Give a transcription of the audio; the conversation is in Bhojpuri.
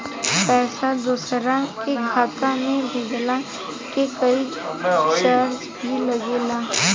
पैसा दोसरा के खाता मे भेजला के कोई चार्ज भी लागेला?